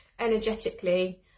energetically